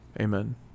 amen